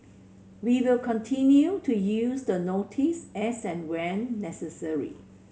we will continue to use the notice as and when necessary